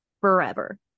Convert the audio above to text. forever